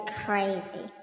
crazy